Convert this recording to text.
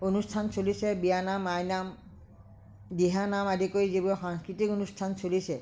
অনুষ্ঠান চলিছে যেনে বিয়া নাম আই নাম দিহা নাম আদি কৰি যিবোৰ সাংস্কৃতিক অনুষ্ঠান চলিছে